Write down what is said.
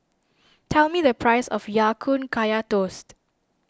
tell me the price of Ya Kun Kaya Toast